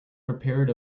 prepared